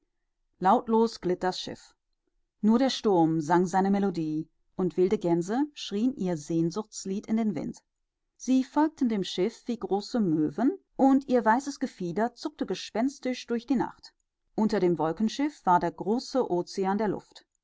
lautlos glitt das schiff nur der sturm sang seine melodie und wilde gänse schrien ihr sehnsuchtslied in den wind sie folgten dem schiff wie große möwen und ihr weißes gefieder zuckte gespenstisch durch die nacht unter dem wolkenschiff war der große ozean der luft